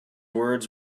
words